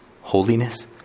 holiness